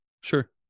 Sure